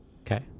Okay